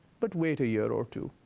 but wait a year or two.